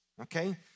okay